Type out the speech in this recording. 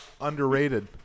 Underrated